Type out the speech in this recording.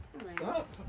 Stop